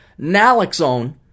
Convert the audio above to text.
Naloxone